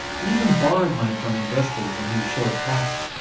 he even borrowed money from investors when he was short of cash.